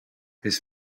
his